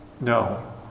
no